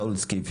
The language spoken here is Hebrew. שאול סקיף,